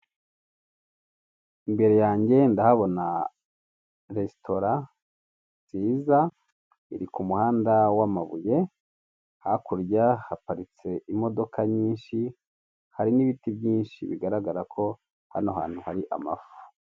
Ni ibyapa byometse kunzu, hagati yabyo hamanukamo itiyo, ijyana amazi kimwe kibanza ibumoso, gishushanyijeho ibikapu bibiri, ndetse n'ishusho y'umuntu ishushanyishije ikaramu. Ikindi na cyo kirimo amabara y'umuhondo.